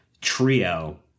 trio